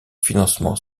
financement